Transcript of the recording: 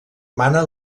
mana